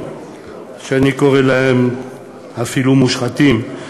שאני קורא להם אפילו מושחתים,